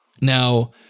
Now